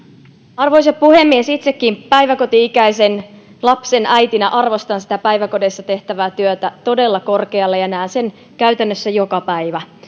arvoisa puhemies itsekin päiväkoti ikäisen lapsen äitinä arvostan päiväkodeissa tehtävää työtä todella korkealle ja näen sen käytännössä joka päivä